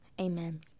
amen